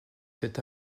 cet